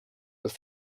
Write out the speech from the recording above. was